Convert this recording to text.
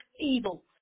evil